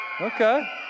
Okay